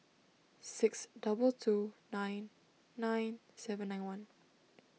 six double two nine nine seven nine one